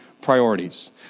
priorities